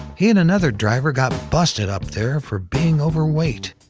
he and another driver got busted up there for being overweight.